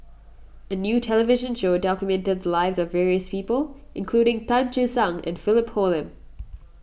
a new television show documented the lives of various people including Tan Che Sang and Philip Hoalim